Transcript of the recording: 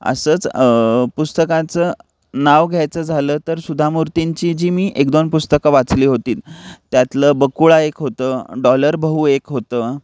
असंच पुस्तकांचं नाव घ्यायचं झालं तर सुधा मूर्तींची जी मी एकदोन पुस्तकं वाचली होतीत त्यातलं बकुळा एक होतं डॉलर बहू एक होतं